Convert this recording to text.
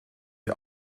die